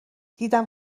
دیدم